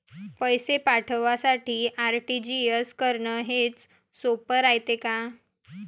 पैसे पाठवासाठी आर.टी.जी.एस करन हेच सोप रायते का?